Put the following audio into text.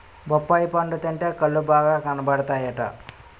బొప్పాయి పండు తింటే కళ్ళు బాగా కనబడతాయట